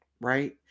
right